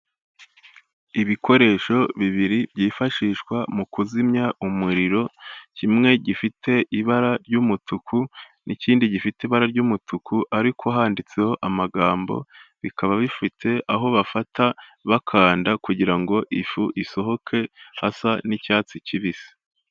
Ibikoresho bibiri byifashishwa mu kuzimya umuriro, kimwe gifite ibara ry'umutuku n'ikindi gifite ibara ry'umutuku ariko handitseho amagambo, bikaba bifite aho bafata bakanda kugira ngo ifu isohoke hasa n'icyatsi kibisi.